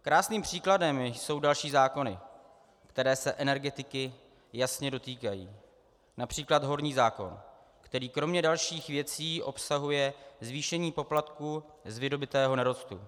Krásným příkladem jsou další zákony, které se energetiky jasně dotýkají, např. horní zákon, který kromě dalších věcí obsahuje zvýšení poplatku z vydobytého nerostu.